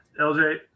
LJ